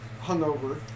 hungover